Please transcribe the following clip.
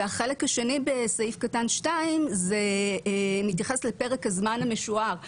והחלק השני בסעיף קטן (2) מתייחס לפרק הזמן המשוער לביצוען,